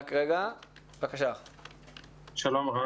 שלום.